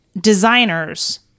designers